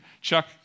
Chuck